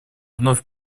вновь